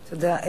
תודה.